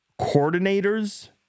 Coordinators